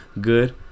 good